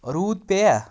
روٗد پؠیا